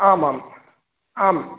आमाम् आम्